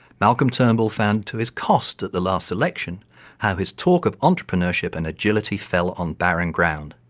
malcolm turnbull found to his cost at the last election how his talk of entrepreneurship and agility fell on barren ground.